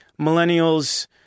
millennials